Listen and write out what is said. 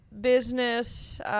business